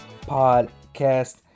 Podcast